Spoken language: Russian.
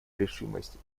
решимость